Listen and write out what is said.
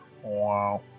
Wow